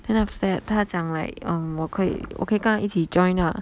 then after that 他讲 like um 我可以我可以跟他一起 join ah